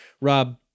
Rob